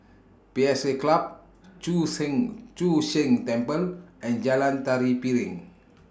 P S A Club Chu Sheng Chu Sheng Temple and Jalan Tari Piring